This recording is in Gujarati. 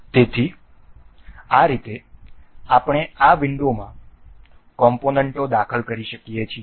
તેથી આ રીતે આપણે આ વિંડોમાં કોમ્પોનન્ટો દાખલ કરી શકીએ છીએ